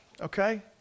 Okay